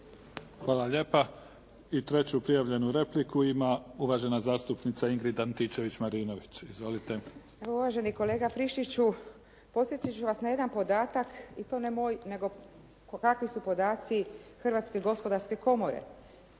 Hvala lijepa. I treću prijavljenu repliku ima uvažena zastupnica Ingrid Antičević-Marinović. Izvolite. **Antičević Marinović, Ingrid (SDP)** Uvaženi kolega Friščiću, podsjetiti ću vas na jedan podatak i to ne moj, nego kakvi su podaci Hrvatske gospodarske komore.